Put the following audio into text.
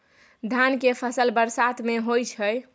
धान के फसल बरसात में होय छै?